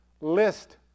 list